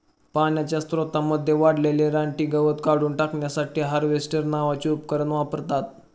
पाण्याच्या स्त्रोतांमध्ये वाढलेले रानटी गवत काढून टाकण्यासाठी हार्वेस्टर नावाचे उपकरण वापरतात